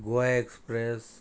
Goa express